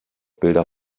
bilder